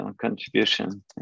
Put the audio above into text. contribution